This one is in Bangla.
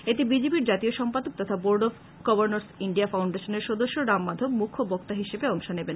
এতে বিজেপির জাতীয় সম্পাদক তথা বোর্ড অফ গভর্ণরস ইন্ডিয়া ফাউন্ডশনের সদস্য রাম মাধব মুখ্য বক্তা হিসেবে অংশ নেবেন